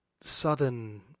sudden